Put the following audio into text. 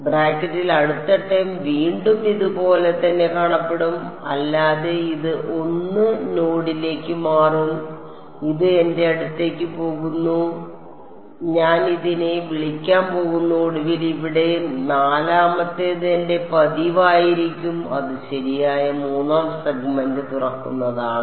ബ്രാക്കറ്റിലെ അടുത്ത ടേം വീണ്ടും ഇത് പോലെ തന്നെ കാണപ്പെടും അല്ലാതെ ഇത് 1 നോഡിലേക്ക് മാറ്റും ഇത് എന്റെ അടുത്തേക്ക് പോകുന്നു ഞാൻ ഇതിനെ വിളിക്കാൻ പോകുന്നു ഒടുവിൽ ഇവിടെ നാലാമത്തേത് എന്റെ പതിവായിരിക്കും അത് ശരിയായ മൂന്നാം സെഗ്മെന്റ് തുറക്കുന്നതാണ്